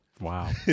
Wow